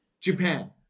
Japan